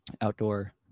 outdoor